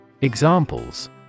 Examples